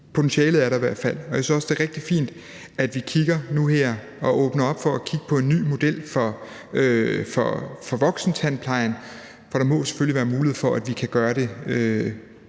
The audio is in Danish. Potentialet er der i hvert fald, og jeg synes også, det er rigtig fint, at vi nu her åbner op for at kigge på en ny model for voksentandplejen, for der må selvfølgelig være mulighed for, at vi kan gøre det